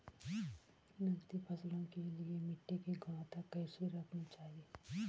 नकदी फसलों के लिए मिट्टी की गुणवत्ता कैसी रखनी चाहिए?